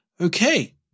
Okay